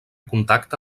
contacte